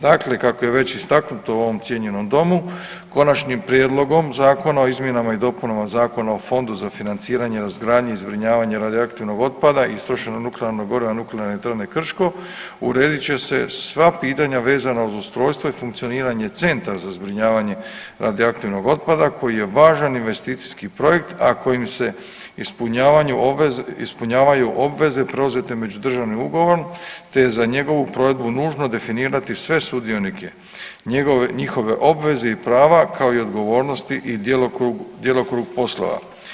Dakle, kako je već istaknuto u ovom cijenjenom domu Konačnim prijedlogom Zakona o izmjenama i dopunama Zakona o Fondu za financiranje razgradnje i zbrinjavanje radioaktivnog otpada i istrošenog nuklearnog goriva Nuklearne elektrane Krško uredit će se sva pitanja vezan uz ustrojstvo i funkcioniranje centra za zbrinjavanje radioaktivnog otpada koji je važan investiciji projekt, a kojim se ispunjavanju obveze, ispunjavaju obveze preuzete međudržavnim ugovorom te je za njegovu provedbu nužno definirati sve sudionike, njihove obveze i prava kao i odgovornosti i djelokrug, djelokrug poslova.